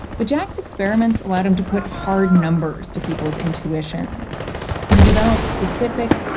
but jack's experiments allowed him to put hard numbers to people's intuitions and to develop specific,